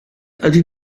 ydy